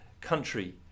country